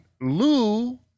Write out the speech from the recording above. Lou